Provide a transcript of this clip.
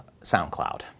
SoundCloud